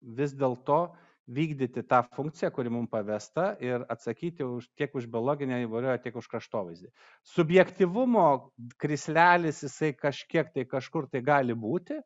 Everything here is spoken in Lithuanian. vis dėl to vykdyti tą funkciją kuri mum pavesta ir atsakyti už tiek už biologinę įvairovę tiek už kraštovaizdį subjektyvumo krislelis jisai kažkiek tai kažkur tai gali būti